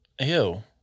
ew